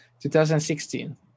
2016